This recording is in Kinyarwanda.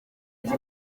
uko